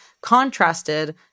contrasted